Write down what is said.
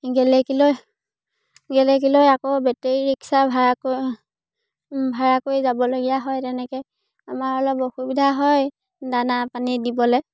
গেলেকীলৈ গেলেকীলৈ আকৌ battery rickshaw ভাড়া কৰি ভাড়া কৰি যাবলগীয়া হয় তেনেকে আমাৰ অলপ অসুবিধা হয় দানা পানী দিবলে